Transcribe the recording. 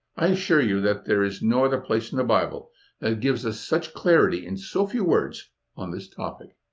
i assure you that there is no other place in the bible that gives us such clarity in so few words on this topic.